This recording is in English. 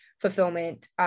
fulfillment